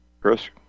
Chris